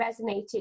resonated